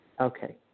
Okay